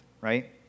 right